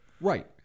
Right